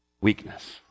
weakness